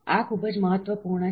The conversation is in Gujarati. આ ખૂબ જ મહત્વપૂર્ણ છે